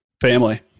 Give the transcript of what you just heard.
family